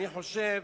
אני חושב